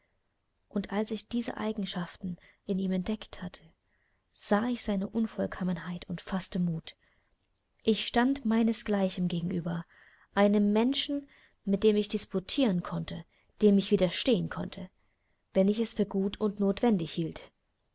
und als ich diese eigenschaften in ihm entdeckt hatte sah ich seine unvollkommenheit und faßte mut ich stand meinesgleichen gegenüber einem menschen mit dem ich disputieren konnte dem ich widerstehen konnte wenn ich es für gut und notwendig hielt